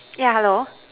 yeah hello